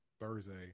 Thursday